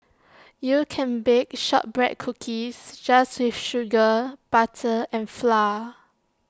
you can bake Shortbread Cookies just with sugar butter and flour